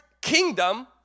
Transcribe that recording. kingdom